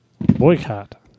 Boycott